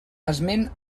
esment